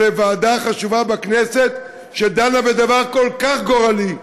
לוועדה חשובה בכנסת שדנה בדבר כל כך גורלי,